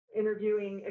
interviewing